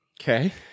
Okay